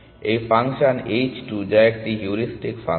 এই function h 2 যা একটি হিউরিস্টিক ফাংশন